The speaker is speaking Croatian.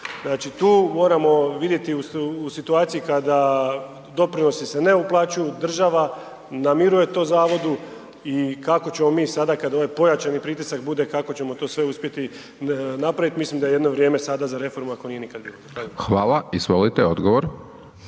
drugo. Tu moramo vidjeti u situaciji kada se doprinosi ne uplaćuju, država namiruje to zavodu i kako ćemo mi sada kada ovaj pojačani pritisak bude kako ćemo to sve uspjeti napraviti. Mislim da je jedno vrijeme sada za reformu ako nije nikada bilo. Zahvaljujem.